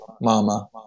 Mama